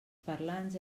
parlants